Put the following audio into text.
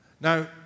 Now